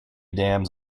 dams